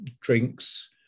drinks